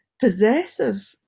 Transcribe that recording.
possessive